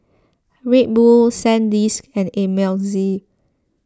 Red Bull Sandisk and Ameltz